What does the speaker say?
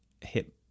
hit